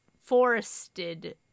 forested